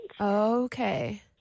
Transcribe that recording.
Okay